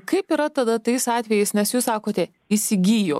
kaip yra tada tais atvejais nes jūs sakote įsigijo